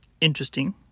interesting